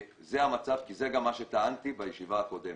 זה המצב וזה גם מה שטענתי בישיבה הקודמת.